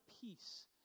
peace